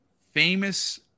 famous